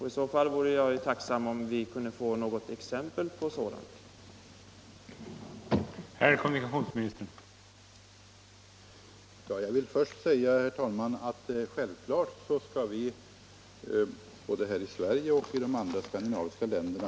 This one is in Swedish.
I så fall är jag tacksam om vi kunde få exempel på sådana åtgärder.